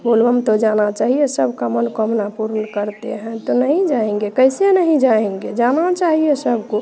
बोल बम तो जाना चहिए सबका मनोकामना पुर्ण करते हैं तो नहीं जाएंगे कैसे नहीं जाएंगे जाना चाहिए सबको